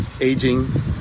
aging